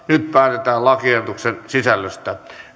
nyt päätetään lakiehdotuksen sisällöstä